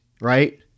right